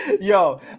Yo